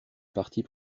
partie